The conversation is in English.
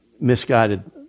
misguided